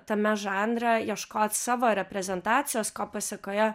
tame žanre ieškot savo reprezentacijos ko pasekoje